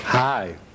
Hi